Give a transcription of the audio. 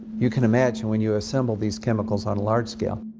you can imagine, when you assemble these chemicals on a large scale.